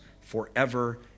forever